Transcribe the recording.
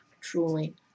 truly